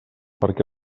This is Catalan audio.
perquè